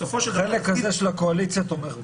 בסופו של דבר --- החלק הזה של הקואליציה תומך בך.